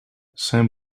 zijn